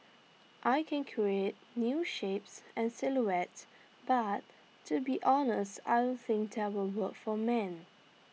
I can create new shapes and silhouettes but to be honest I don't think that will work for men